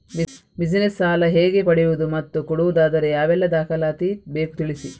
Business ಸಾಲ ಹೇಗೆ ಪಡೆಯುವುದು ಮತ್ತು ಕೊಡುವುದಾದರೆ ಯಾವೆಲ್ಲ ದಾಖಲಾತಿ ಬೇಕು ತಿಳಿಸಿ?